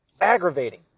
aggravating